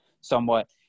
somewhat